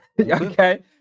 okay